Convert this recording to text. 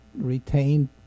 retained